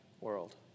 world